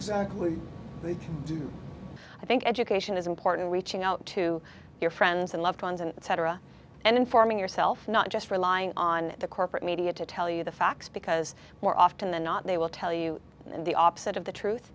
exactly the i think education is important reaching out to your friends and loved ones and etc and informing yourself not just relying on the corporate media to tell you the facts because more often than not they will tell you and the opposite of the truth